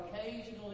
occasionally